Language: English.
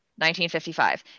1955